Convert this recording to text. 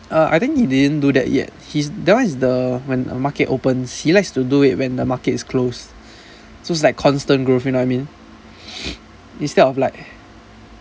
uh I think he didn't do that yet he's that one is the when market opens he likes to do it when the markets close so it's like constant growth you know what I mean instead of like